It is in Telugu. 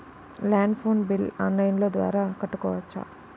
ల్యాండ్ ఫోన్ బిల్ ఆన్లైన్ ద్వారా కట్టుకోవచ్చు?